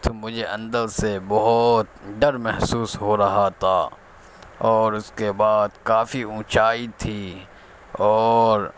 تو مجھے اندر سے بہت ڈر محسوس ہو رہا تھا اور اس کے بعد کافی اونچائی تھی اور